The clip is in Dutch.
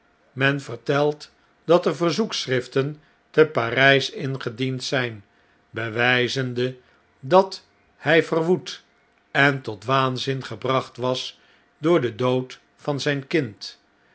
men vertelt dat er verzoekschriften te p a r jj s ingediend zijn bewjjzende dat hij verwoed en tot waanzin gebracht was door den dood van zjjn kind